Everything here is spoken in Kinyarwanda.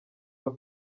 mba